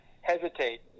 hesitate